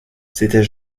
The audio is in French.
c’était